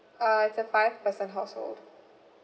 uh it's a five person household